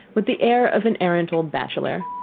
with the air of an arrant old bachelor.